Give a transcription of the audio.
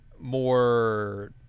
more